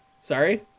sorry